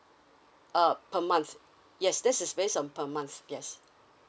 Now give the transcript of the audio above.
uh per month yes this is based on per month yes